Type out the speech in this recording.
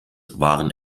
waren